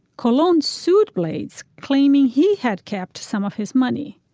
cologne sued blades claiming he had kept some of his money.